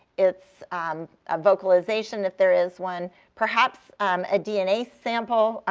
its um ah vocalization if there is one, perhaps a dna sample,